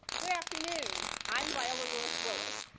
good afternoon! i'm viola lewis wills,